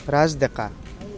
ৰাজ ডেকা